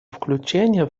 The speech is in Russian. включения